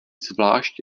zvlášť